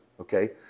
okay